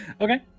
Okay